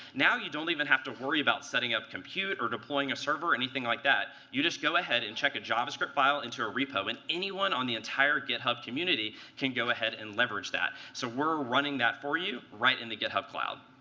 now, you don't even have to worry about setting up compute, or deploying a server, or anything like that. you just go ahead and check a javascript file into a repo, and anyone in the entire github community can go ahead and leverage that. so we're running that for you right in the github cloud.